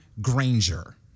Granger